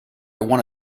want